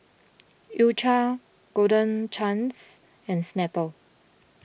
U Cha Golden Chance and Snapple